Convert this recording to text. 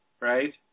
right